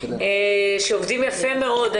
שעובדים יפה מאוד.